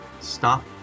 Stop